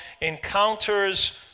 encounters